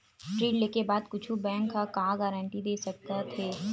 ऋण लेके बाद कुछु बैंक ह का गारेंटी दे सकत हे?